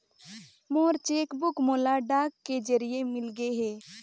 मोर cheque book मोला डाक के जरिए मिलगे हे